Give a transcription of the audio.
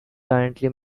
currently